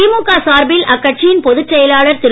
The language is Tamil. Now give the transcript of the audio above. திமுக சார்பில் அக்கட்சியின் பொதுச்செயலாளர் திரு